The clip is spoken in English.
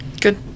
Good